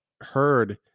heard